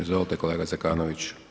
Izvolite kolega Zekanović.